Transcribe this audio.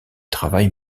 travail